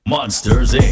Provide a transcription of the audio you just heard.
Monsters